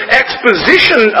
exposition